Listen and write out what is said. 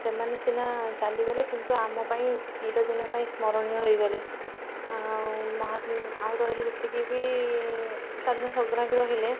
ସେମାନେ ସିନା ଚାଲିଗଲେ କିନ୍ତୁ ଆମ ପାଇଁ ଚିରଦିନ ପାଇଁ ସ୍ମରଣୀୟ ହେଇଗଲେ ଆଉ ମହା ଆଉ ରହିଲେ ଯେତିକି ବି ସ୍ୱାଧୀନତା ସଂଗ୍ରାମୀ ରହିଲେ